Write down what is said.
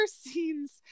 scenes